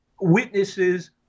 witnesses